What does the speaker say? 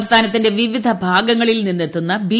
സംസ്ഥാനത്തിന്റെ വിവിധ ഭാഗങ്ങളിൽ നിന്നെത്തുന്ന ബി